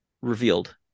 Revealed